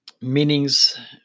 meanings